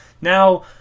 Now